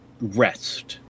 rest